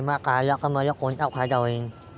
बिमा काढला त मले कोनचा फायदा होईन?